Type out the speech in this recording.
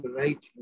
right